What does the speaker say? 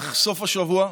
במהלך סוף השבוע,